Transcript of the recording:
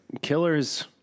Killers